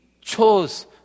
chose